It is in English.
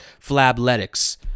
Flabletics